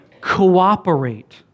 cooperate